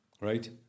right